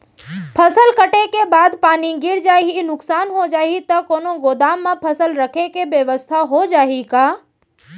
फसल कटे के बाद पानी गिर जाही, नुकसान हो जाही त कोनो गोदाम म फसल रखे के बेवस्था हो जाही का?